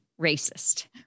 racist